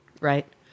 Right